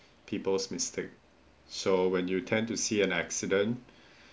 people's mistake so when you tend to see an accident